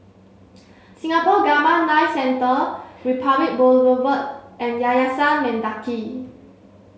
Singapore Gamma Knife Centre Republic Boulevard and Yayasan Mendaki